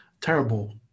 terrible